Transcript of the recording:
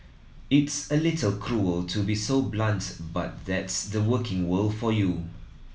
it's a little cruel to be so blunt but that's the working world for you